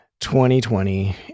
2020